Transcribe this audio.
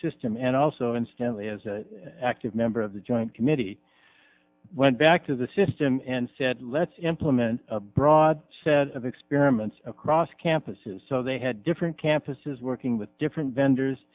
system and also instantly as active member of the joint committee went back to the system and said let's implement a broad set of experiments across campuses so they had different campuses working with different vendors